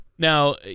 Now